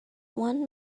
one